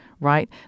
Right